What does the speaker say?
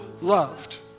loved